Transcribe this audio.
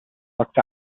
looked